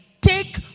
Take